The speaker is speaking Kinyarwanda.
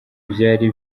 vyari